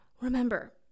Remember